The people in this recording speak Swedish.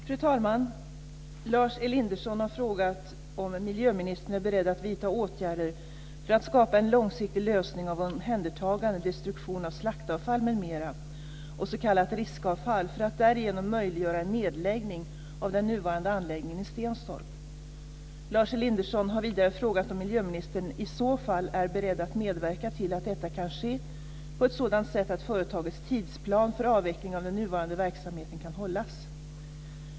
Fru talman! Lars Elinderson har frågat om miljöministern är beredd att vidta åtgärder för att skapa en långsiktig lösning av omhändertagande och destruktion av slaktavfall m.m. och s.k. riskavfall, för att därigenom möjliggöra en nedläggning av den nuvarande anläggningen i Stenstorp. Lars Elinderson har vidare frågat om miljöministern i så fall är beredd att medverka till att detta kan ske på ett sådant sätt att företagets tidsplan för avvecklingen av den nuvarande verksamheten kan hållas.